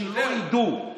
שלא ידעו,